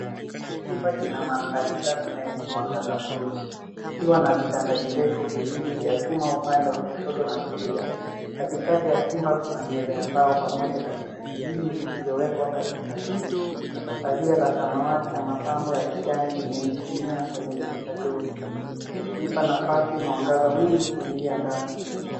Chumba kina mandhari safi na yenye mwangaza mzuri. Kikiwa na vitanda virefu viwili vya chuma, upande wa kushoto na kulia. Katikati ya chumba kuna meza ya mbao pamoja na viti viwili, vilivyowekwa karibu na dirisha. Pazia la samawati na mapambo ya kijani limening'inia kwenye dirisha jeupe, ikiipa nafasi mwangaza mwingi kuingia ndani.